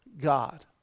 God